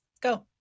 Go